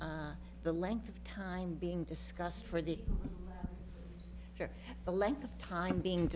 the length of time being discussed for the length of time being